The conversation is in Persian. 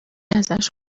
ازش